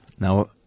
Now